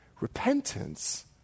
Repentance